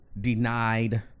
denied